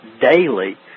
daily